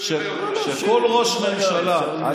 שכל ראש ממשלה, אני מפחד שהוא לא יראה אותי.